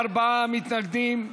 54 מתנגדים,